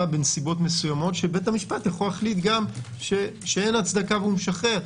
בנסיבות מסוימות שבית המשפט יכול להחליט שאין הצדקה והוא משחרר,